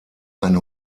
ein